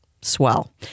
Swell